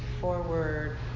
forward